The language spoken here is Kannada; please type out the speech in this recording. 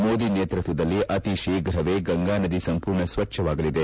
ಮೋದಿ ನೇತೃತ್ವದಲ್ಲಿ ಅತಿ ಶೀಘವೇ ಗಂಗಾ ನದಿ ಸಂಪೂರ್ಣ ಸ್ವಚ್ಛವಾಗಲಿದೆ